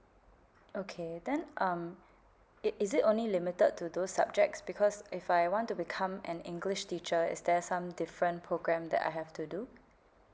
okay then um it is it only limited to those subjects because if I want to become an english teacher is there some different programme that I have to do